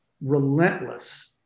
relentless